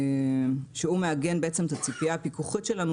שהוא מעגן בעצם את הציפייה הפיקוחית שלנו